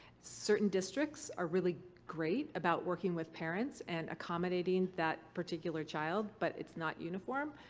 certain districts are really great about working with parents and accommodating that particular child, but it's not uniform.